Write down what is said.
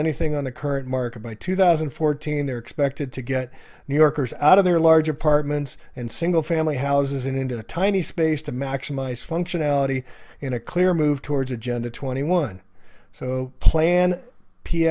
anything on the current market by two thousand and fourteen they're expected to get new yorkers out of their large apartments and single family houses and into the tiny space to maximize functionality in a clear move towards agenda twenty one so plan p